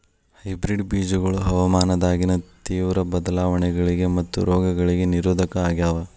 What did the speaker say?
hybrid ಬೇಜಗೊಳ ಹವಾಮಾನದಾಗಿನ ತೇವ್ರ ಬದಲಾವಣೆಗಳಿಗ ಮತ್ತು ರೋಗಗಳಿಗ ನಿರೋಧಕ ಆಗ್ಯಾವ